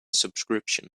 subscription